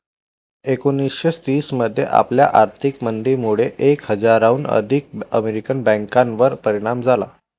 एकोणीसशे तीस मध्ये आलेल्या आर्थिक मंदीमुळे एक हजाराहून अधिक अमेरिकन बँकांवर परिणाम झाला